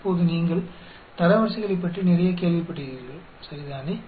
இப்போது நீங்கள் தரவரிசைகளைப் பற்றி நிறைய கேள்விப்பட்டிருக்கிறீர்கள் சரிதானே